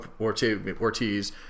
Ortiz